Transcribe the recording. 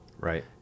Right